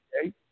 okay